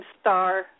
star